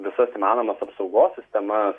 visas įmanomas apsaugos sistemas